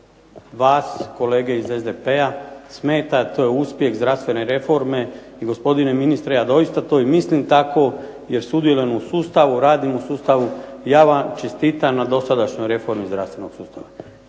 vas kolege iz SDP-a smeta, a to je uspjeh zdravstvene reforme. I gospodine ministre ja doista to i mislim tako jer sudjelujem u sustavu, radim u sustavu, ja vam čestitam na dosadašnjoj reformi zdravstvenog sustava.